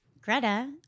Greta